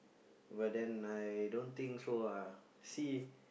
but then I don't think so ah see